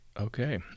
okay